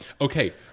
okay